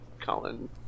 Colin